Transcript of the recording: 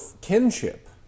kinship